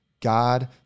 God